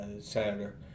Senator